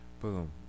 boom